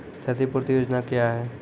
क्षतिपूरती योजना क्या हैं?